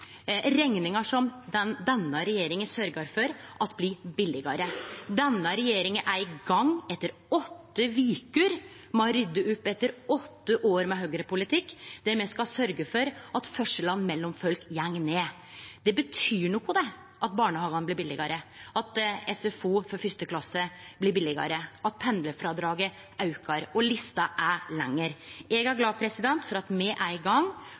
rekningar som denne regjeringa sørgjer for at blir billegare. Denne regjeringa er i gang etter åtte veker med å rydde opp etter åtte år med høgrepolitikk, der me skal sørgje for at forskjellane mellom folk går ned. Det betyr noko at barnehagane blir billegare, at SFO for 1. klasse blir billegare, at pendlarfrådraget aukar – og lista er lengre. Eg er glad for at me er i gang